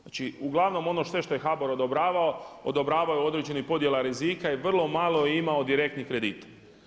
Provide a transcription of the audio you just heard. Znači uglavnom ono sve što je HBOR odobravao, odobravao je od određenih podjela rizika i vrlo malo je imao direktnih kredita.